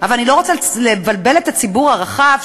אבל אני לא רוצה לבלבל את הציבור הרחב,